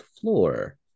floor